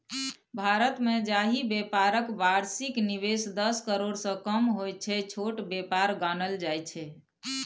भारतमे जाहि बेपारक बार्षिक निबेश दस करोड़सँ कम होइ छै छोट बेपार गानल जाइ छै